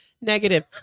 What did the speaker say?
Negative